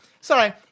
Sorry